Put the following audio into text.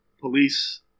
police